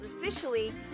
officially